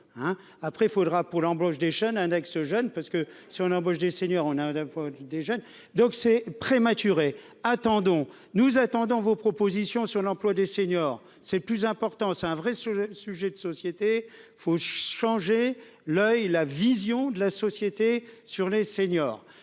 après faudra pour l'embauche des jeunes Index, parce que si on embauche des seniors, on a, d'un point du des jeunes, donc c'est prématuré, attendons, nous attendons vos propositions sur l'emploi des seniors, c'est plus important, c'est un vrai sujet de société, faut changer l'oeil, la vision de la société sur les seniors,